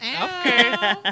Okay